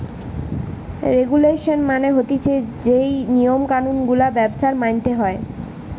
regulation মানে হতিছে যেই নিয়ম কানুন গুলা ব্যবসায় মানতে হয়